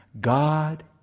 God